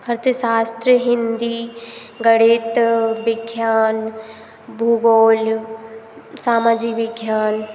अर्थशास्त्र हिंदी गणित विज्ञान भूगोल सामाजिक विज्ञान